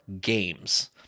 games